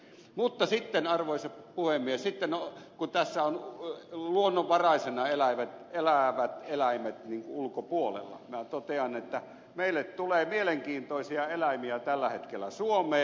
mutta sitten arvoisa puhemies kun tässä ovat luonnonvaraisena elävät eläimet niin kuin ulkopuolella niin minä totean että meille tulee mielenkiintoisia eläimiä tällä hetkellä suomeen